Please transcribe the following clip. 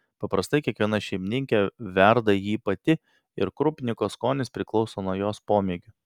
paprastai kiekviena šeimininkė verda jį pati ir krupniko skonis priklauso nuo jos pomėgių